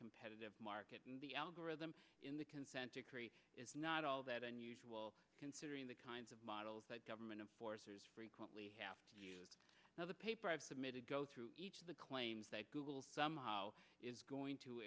competitive market and the algorithm in the consent decree is not all that unusual considering the kinds of models that government forces frequently have to use now the paper i've submitted go through each of the claims that google somehow is going to